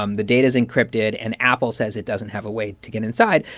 um the data is encrypted, and apple says it doesn't have a way to get inside.